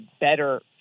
better